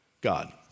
God